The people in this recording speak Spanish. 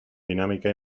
dinámica